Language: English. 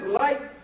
light